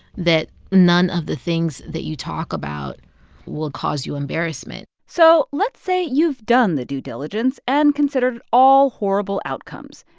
that none of the things that you talk about will cause you embarrassment so let's say you've done the due diligence and considered all horrible outcomes,